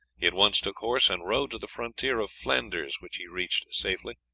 he at once took horse and rode to the frontier of flanders, which he reached safely,